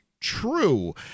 true